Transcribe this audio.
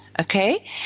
Okay